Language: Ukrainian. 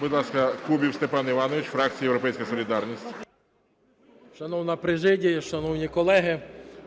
Будь ласка, Кубів Степан Іванович, фракція "Європейська солідарність". 12:48:19 КУБІВ С.І. Шановна президія, шановні колеги,